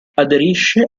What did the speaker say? aderisce